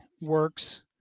works